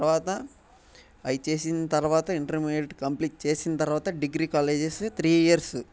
తర్వాత అవి చేసిన తర్వాత ఇంటర్మీడియేట్ కంప్లీట్ చేసిన తర్వాత డిగ్రీ కాలేజెస్ త్రీ ఇయర్స్